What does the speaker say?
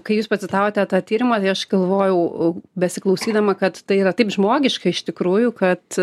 kai jūs pacitavote tą tyrimą tai aš galvojau besiklausydama kad tai yra taip žmogiška iš tikrųjų kad